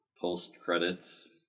post-credits